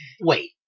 Wait